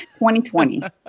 2020